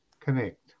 connect